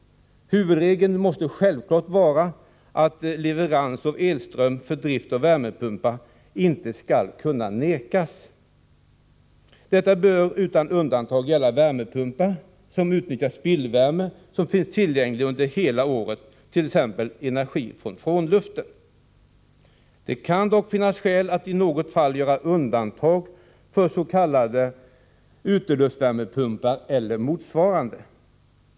Huvudregeln måste självfallet vara att leverans av elström för drift av värmepumpar inte skall kunna vägras. Detta bör utan undantag gälla värmepumpar som utnyttjar spillvärme som finns tillgänglig under hela året, t.ex. energi ur frånluften. Det kan dock finnas skäl att i något fall göra undantag för s.k. uteluftsvärmepumpar eller motsvarande.